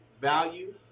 value